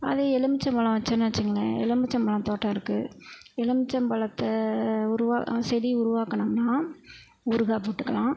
அது எலுமிச்சம் பழம் வச்சோன்னு வச்சுங்களேன் எலுமிச்சம் பழம் தோட்டம் இருக்கு எலுமிச்சம் பழத்த உருவாக செடி உருவாக்கனோம்னா ஊறுகாய் போட்டுக்கலாம்